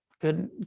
good